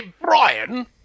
Brian